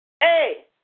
Hey